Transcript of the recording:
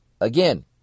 Again